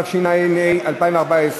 התשע"ה 2014,